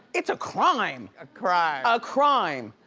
it's a crime. a crime. a crime.